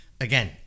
again